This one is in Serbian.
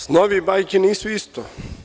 Snovi i bajke nisu isto.